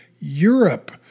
Europe